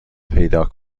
پیدا